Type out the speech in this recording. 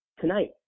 tonight